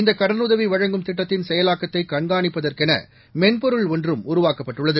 இந்த கடனுதவி வழங்கும் திட்டத்தின் செயலாக்கத்தை கண்ணிப்பதற்கென மென்பொருள் ஒன்றும் உருவாக்கப்பட்டுள்ளது